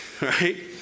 right